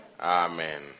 Amen